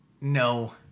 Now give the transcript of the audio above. No